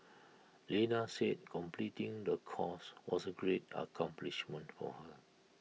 Lena said completing the course was A great accomplishment for her